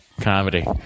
comedy